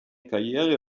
karriere